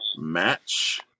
match